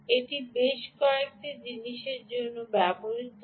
এটি বেশ কয়েকটি জিনিসের জন্য ব্যবহৃত হয়